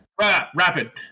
rapid